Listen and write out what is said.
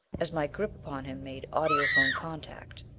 as my grip upon him made audiphone contact,